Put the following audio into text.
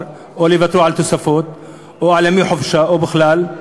או יוותרו על תוספות או על ימי חופשה או בכלל.